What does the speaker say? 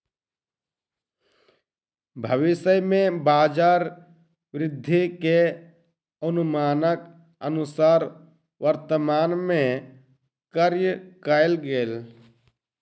भविष्य में बजार वृद्धि के अनुमानक अनुसार वर्तमान में कार्य कएल गेल